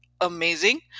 amazing